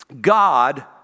God